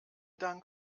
dank